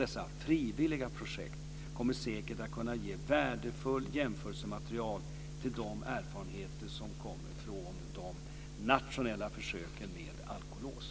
Dessa frivilliga projekt kommer säkert att kunna ge värdefullt jämförelsematerial till de erfarenheter som kommer från de nationella försöken med alkolås.